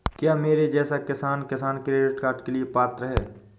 क्या मेरे जैसा किसान किसान क्रेडिट कार्ड के लिए पात्र है?